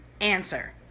answer